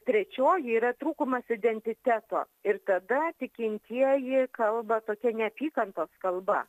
trečioji yra trūkumas identiteto ir tada tikintieji kalba tokia neapykantos kalba